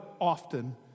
often